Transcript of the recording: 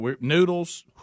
Noodles